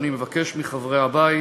ואני מבקש מחברי הבית